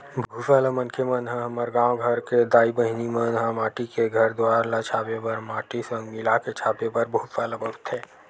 भूसा ल मनखे मन ह हमर गाँव घर के दाई बहिनी मन ह माटी के घर दुवार ल छाबे बर माटी संग मिलाके छाबे बर भूसा ल बउरथे